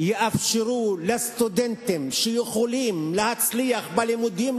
יאפשרו לסטודנטים שיכולים להצליח בלימודים,